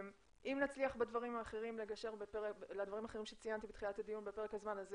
אם נצליח לגשר בדברים האחרים שציינתי בתחילת הדיון בפרק הזמן הזה,